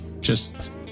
Just-